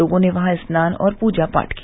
लोगों ने वहां स्नान और पूजा पाठ किया